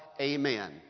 amen